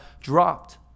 dropped